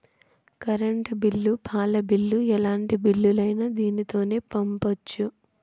current bill పాల bill ఎలాంటి బిల్లులైనా దీనితోనే పంపొచ్చు